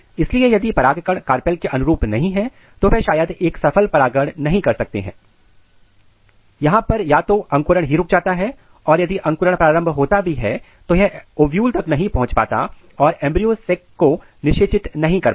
इसलिए यदि परागकण कार्पेल के अनुरूप नहीं है तो वह शायद एक सफल परागण नहीं कर सकते यहां पर या तो अंकुरण ही रुक जाता है और यदि अंकुरण प्रारंभ होता भी है तो यह ओव्यूल तक नहीं पहुंच पाता और एंब्रियो सेक को निषेचित नहीं कर पाता